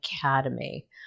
Academy